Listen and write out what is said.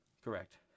Correct